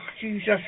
Jesus